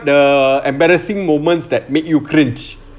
the embarrassing moments that make you cringe